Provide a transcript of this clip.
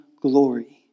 glory